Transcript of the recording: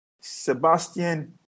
Sebastian